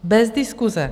Bez diskuse.